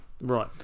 right